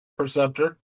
Perceptor